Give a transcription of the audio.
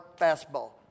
fastball